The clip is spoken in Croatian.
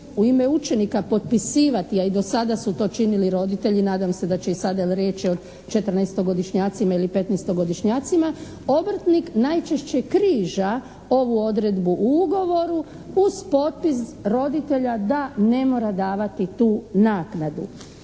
u ime učenika potpisivati, a i do sada su to činili roditelji, nadam se da će i sad jer riječ je o četrnaestogodišnjacima ili petnaestogodišnjacima, obrtnik najčešće križa ovu odredbu u ugovoru uz potpis roditelja da ne mora davati tu naknadu.